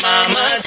Mama